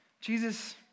Jesus